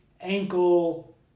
ankle